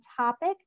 topic